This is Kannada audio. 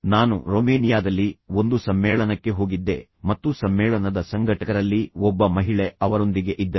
ನಾನು ರೊಮೇನಿಯಾದಲ್ಲಿ ಒಂದು ಸಮ್ಮೇಳನಕ್ಕೆ ಹೋಗಿದ್ದೆ ಮತ್ತು ಸಮ್ಮೇಳನದ ಸಂಘಟಕರಲ್ಲಿ ಒಬ್ಬ ಮಹಿಳೆ ಅವರೊಂದಿಗೆ ಇದ್ದರು